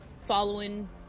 following